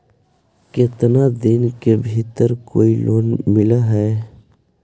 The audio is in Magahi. केतना दिन के भीतर कोइ लोन मिल हइ?